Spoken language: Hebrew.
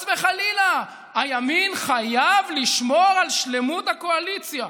חס וחלילה, הימין חייב לשמור על שלמות הקואליציה.